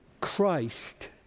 Christ